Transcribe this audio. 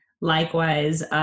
likewise